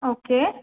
okay